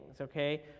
okay